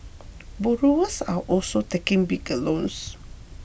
borrowers are also taking bigger loans